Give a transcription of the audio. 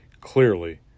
Clearly